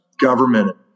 government